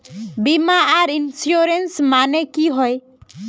बीमा आर इंश्योरेंस के माने की होय?